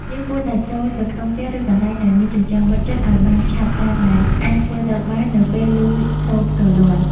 យើងគួរតែចូលទៅក្នុងផ្ទះ ឬកន្លែងដែលមានជញ្ជាំងបិទជិតឱ្យបានឆាប់តាមដែលអាចធ្វើទៅបាននៅពេលឮសូរផ្គរលាន់។